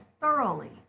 thoroughly